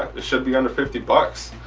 it should be under fifty bucks.